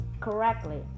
correctly